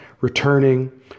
returning